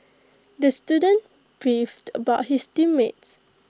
the student beefed about his team mates